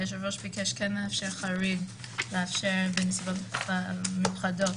היושב-ראש כן לאפשר חריג בנסיבות מיוחדות